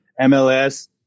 MLS